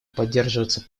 поддерживаться